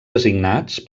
designats